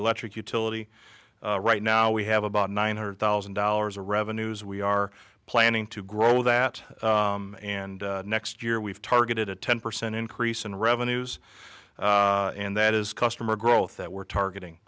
electric utility right now we have about nine hundred thousand dollars in revenues we are planning to grow that and next year we've targeted a ten percent increase in revenues and that is customer growth that we're targeting